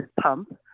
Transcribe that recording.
pump